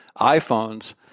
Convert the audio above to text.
iPhones